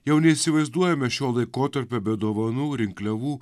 jau neįsivaizduojame šio laikotarpio be dovanų rinkliavų